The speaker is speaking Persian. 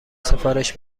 سفارش